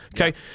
Okay